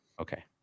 okay